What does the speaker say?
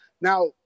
Now